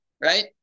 right